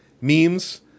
memes